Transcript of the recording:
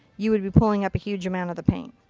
you'd be pulling up a huge amount of the paint.